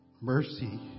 mercy